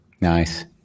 nice